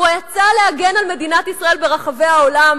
יצא להגן על מדינת ישראל ברחבי העולם,